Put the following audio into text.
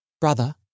Brother